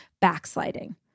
backsliding